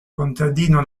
contadino